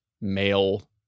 male